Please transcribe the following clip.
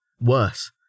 Worse